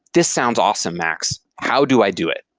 this sounds awesome, max. how do i do it?